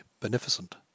beneficent